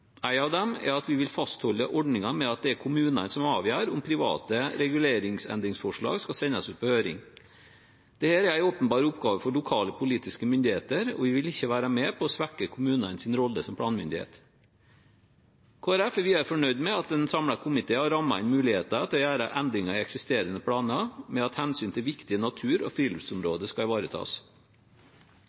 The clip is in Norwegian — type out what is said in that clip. En av dem er at vi vil fastholde ordningen med at det er kommunene som avgjør om private reguleringsendringsforslag skal sendes på høring. Dette er åpenbart en oppgave for lokale politiske myndigheter, og vi vil ikke være med på svekke kommunenes rolle som planmyndighet. Kristelig Folkeparti er videre fornøyd med at en samlet komité har rammet inn muligheter til å gjøre endringer i eksisterende planer med at hensynet til viktige natur- og friluftsområder skal ivaretas.